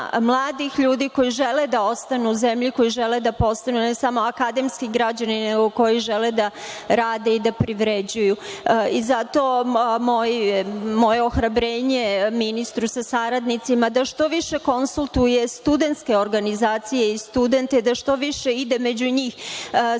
mladih ljudi koji žele da ostanu u zemlji, koji žele da postanu ne samo akademski građani, nego koji žele da rade i da privređuju. Moje ohrabrenje ministru sa saradnicima i da što više konsultuje studentske organizacije i studente, da što više ide među njih. Sa